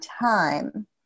time